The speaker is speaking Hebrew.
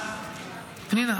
פנינה,